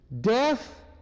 Death